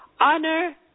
Honor